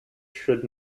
should